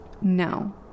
No